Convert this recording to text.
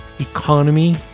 economy